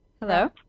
hello